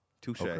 Touche